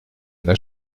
n’a